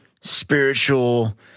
spiritual